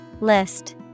List